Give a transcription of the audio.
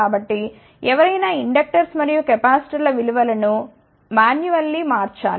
కాబట్టి ఎవరైనా ఇండక్టర్స్ మరియు కెపాసిటర్ల విలువల ను మాన్యువల్లీ మార్చాలి